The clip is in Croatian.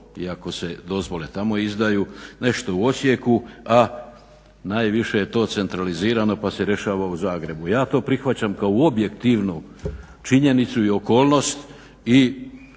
iako se dozvole tamo izdaju, nešto u Osijeku, a najviše je to centralizirano pa se rješava u Zagrebu. Ja to prihvaćam kao objektivnu činjenicu i okolnosti